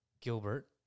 Gilbert